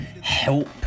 help